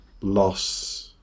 loss